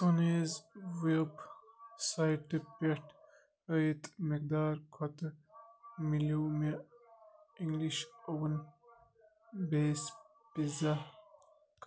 تُنیٖز web site پٮ۪ٹھ ہٲیِتھ مِقدار کھۄتہٕ مِلیو مےٚ اِنٛگلِش اوٚوٕن بیس پیٖزا